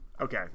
okay